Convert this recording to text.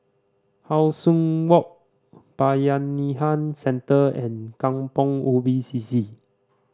How Sun Walk Bayanihan Centre and Kampong Ubi C C